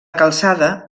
calçada